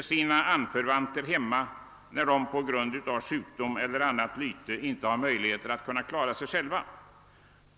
sina anförvanter hemma när de på grund av sjukdom eller lyte inte har möjlighet att klara sig själva.